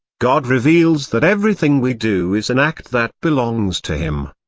god reveals that everything we do is an act that belongs to him.